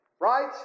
Right